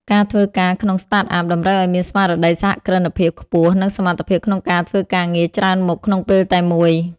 ការធ្វើការក្នុង Startup តម្រូវឱ្យមានស្មារតីសហគ្រិនភាពខ្ពស់ និងសមត្ថភាពក្នុងការធ្វើការងារច្រើនមុខក្នុងពេលតែមួយ។